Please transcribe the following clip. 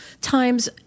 times